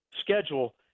schedule